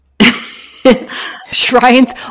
Shrines